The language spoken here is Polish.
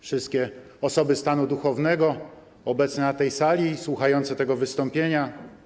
Wszystkie Osoby Stanu Duchownego obecne na tej sali i słuchające tego wystąpienia!